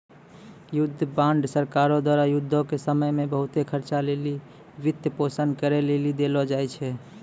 युद्ध बांड सरकारो द्वारा युद्धो के समय मे बहुते खर्चा लेली वित्तपोषन करै लेली देलो जाय छै